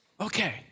Okay